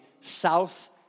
south